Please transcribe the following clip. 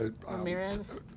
Ramirez